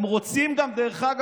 הם עלה התאנה של השמאל.